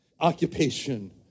occupation